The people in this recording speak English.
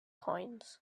coins